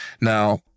now